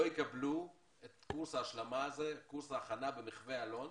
לא יקבלו את קורס ההכנה במחו"ה אלון,